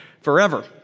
forever